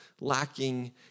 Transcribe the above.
lacking